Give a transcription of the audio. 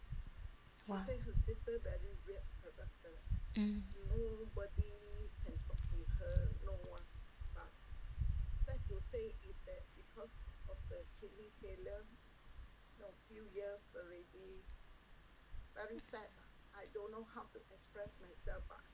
!wah! mm